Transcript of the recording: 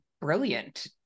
brilliant